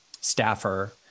staffer